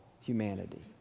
humanity